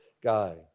guy